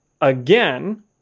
again